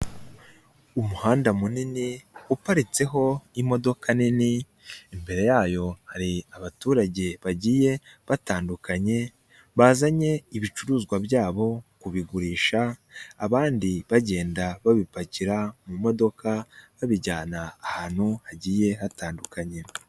Umuhanda munini uparitseho imodoka nini, imbere yayo hari abaturage bagiye batandukanye, bazanye ibicuruzwa byabo kubigurisha, abandi bagenda babipakira mu modoka babijyana ahantu hagiye hatandukanye.